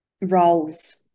roles